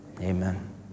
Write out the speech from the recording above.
Amen